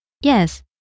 Yes